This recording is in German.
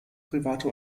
private